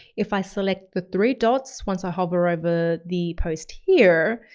if i select the three dots, once i hover over the post here,